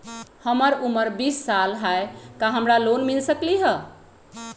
हमर उमर बीस साल हाय का हमरा लोन मिल सकली ह?